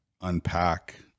unpack